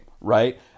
right